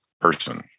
person